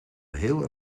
heel